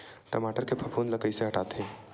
टमाटर के फफूंद ल कइसे हटाथे?